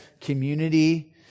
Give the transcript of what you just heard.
community